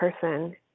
person